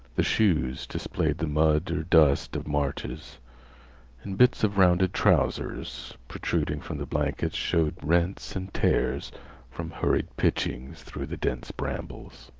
the shoes displayed the mud or dust of marches and bits of rounded trousers, protruding from the blankets, showed rents and tears from hurried pitchings through the dense brambles.